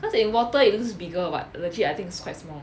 cause in water it looks bigger [what] legit I think it's quite small